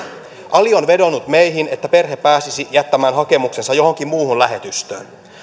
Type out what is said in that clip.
ali on vedonnut meihin että perhe pääsisi jättämään hakemuksensa johonkin muuhun lähetystöön